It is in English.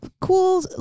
cool